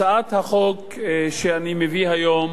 הצעת החוק שאני מביא היום,